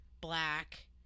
black